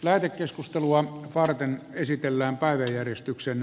lähetekeskustelua varten eduskunnan käsittelyyn